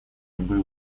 любые